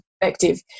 perspective